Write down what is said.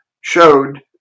showed